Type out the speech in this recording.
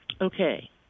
Okay